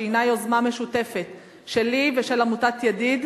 שהיא יוזמה משותפת שלי ושל עמותת "ידיד,